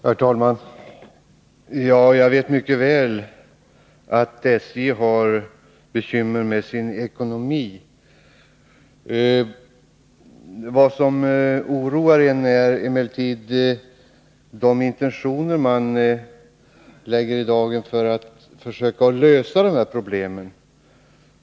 Herr talman! Jag vet mycket väl att SJ har bekymmer med sin ekonomi. Vad som oroar mig är emellertid de intentioner man lägger i dagen för att försöka lösa dessa problem.